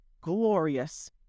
glorious